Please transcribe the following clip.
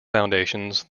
foundations